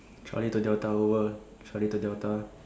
Charlie to delta over Charlie to delta